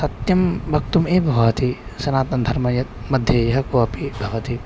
सत्यं वक्तुम् एव भवति सनातनधर्मे यत् मध्ये यः को अपि भवति